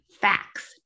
facts